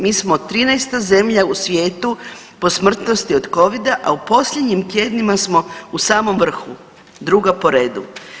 Mi smo 13 zemlja u svijetu po smrtnosti od Covida, a u posljednjim tjednima smo u samom vrhu, druga po redu.